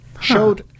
Showed